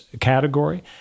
category